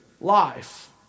life